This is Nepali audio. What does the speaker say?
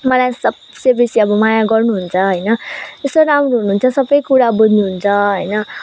मलाई सबसे बेसी अब माया गर्नुहुन्छ होइन यस्तो राम्रो हुनुहुन्छ सबै कुरा बुझ्नुहुन्छ होइन